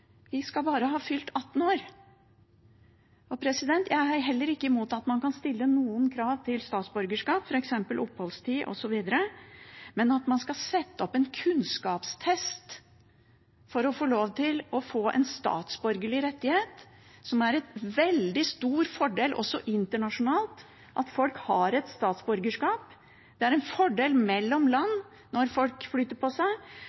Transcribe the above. Vi skal bare ha fylt 18 år. Jeg er heller ikke imot at man kan stille noen krav til statsborgerskap, f.eks. oppholdstid, osv. – men at man skal bestå en kunnskapstest for å få en statsborgerlig rettighet. Det er en veldig stor fordel også internasjonalt at folk har et statsborgerskap. Det er en fordel mellom land når folk flytter på seg.